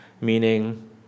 meaning